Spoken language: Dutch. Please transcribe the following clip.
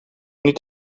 niet